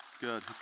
Good